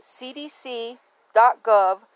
cdc.gov